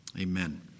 Amen